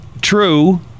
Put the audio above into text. True